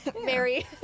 Mary